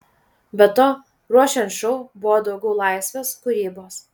be to ruošiant šou buvo daugiau laisvės kūrybos